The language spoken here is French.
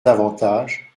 davantage